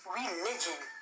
religion